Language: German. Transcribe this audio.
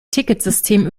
ticketsystem